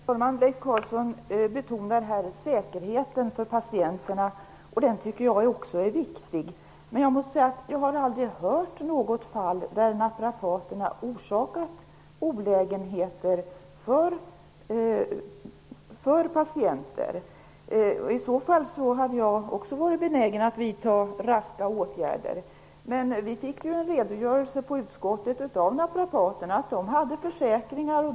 Herr talman! Leif Carlson betonar här säkerheten för patienterna. Den tycker jag också är viktig. Men jag måste säga att jag aldrig hört om något fall där naprapater orsakat olägenheter för patienter. I så fall hade jag också varit benägen att vidta raska åtgärder. Men vi fick en redogörelse i utskottet av naprapaterna om att de hade försäkringar.